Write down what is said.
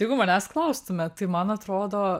jeigu manęs klaustumėt tai man atrodo